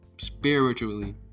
spiritually